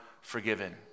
forgiven